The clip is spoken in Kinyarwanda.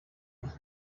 aho